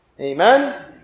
Amen